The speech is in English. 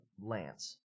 Lance